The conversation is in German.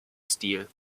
stil